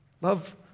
Love